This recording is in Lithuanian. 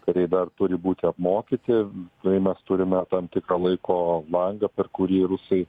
kariai dar turi būti apmokyti tai mes turime tam tikrą laiko langą per kurį rusai